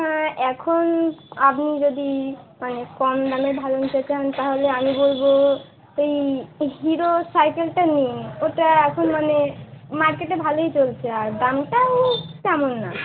হ্যাঁ এখন আপনি যদি মানে কম দামে ভালো নিতে চান তাহলে আমি বলবো এই হিরো সাইকেলটা নিন এটা এখন মানে মার্কেটে ভালোই চলছে আর দামটাও কম